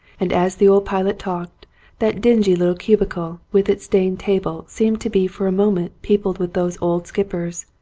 and as the old pilot talked that dingy little cubicle with its stained table seemed to be for a moment peopled with those old skip pers,